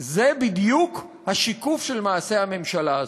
זה בדיוק השיקוף של מעשה הממשלה הזאת.